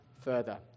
further